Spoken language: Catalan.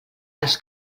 els